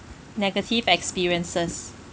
negative experiences